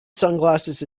sunglasses